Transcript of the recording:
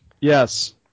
Yes